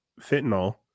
fentanyl